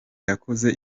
yakoze